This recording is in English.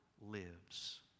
lives